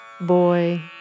boy